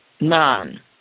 none